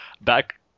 back